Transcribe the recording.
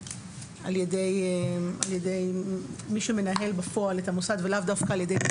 על ידי מי שמנהל בפועל את המוסד ולאו דווקא על ידי...